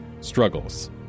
struggles